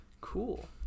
Cool